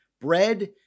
Bread